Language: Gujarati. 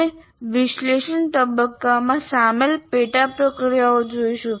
આપણે વિશ્લેષણ તબક્કામાં સામેલ પેટા પ્રક્રિયાઓ જોઈશું